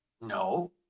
No